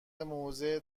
موضع